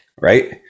right